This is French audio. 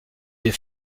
des